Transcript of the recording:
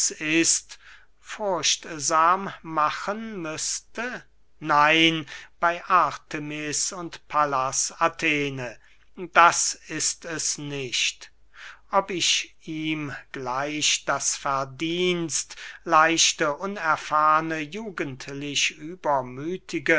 ist furchtsam machen müßte nein bey artemis und pallas athene das ist es nicht ob ich ihm gleich das verdienst leichte unerfahrne jugendlich übermüthige